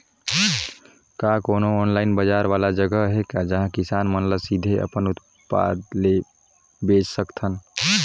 का कोनो ऑनलाइन बाजार वाला जगह हे का जहां किसान मन ल सीधे अपन उत्पाद ल बेच सकथन?